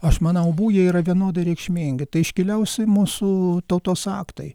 aš manau abu jie yra vienodai reikšmingi tai iškiliausi mūsų tautos aktai